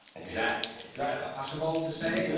that that possible to say? yeah